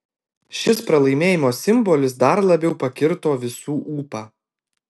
šis pralaimėjimo simbolis dar labiau pakirto visų ūpą